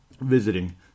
visiting